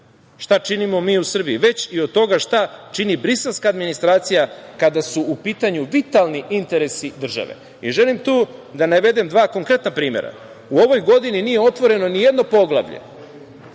šta činimo mi u Srbiji, već i od toga šta čini briselska administracija kada su u pitanju vitalni interesi države. Želim tu da navedem dva konkretna primera. U ovoj godini nije otvoreno ni jedno poglavlje,